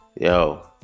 Yo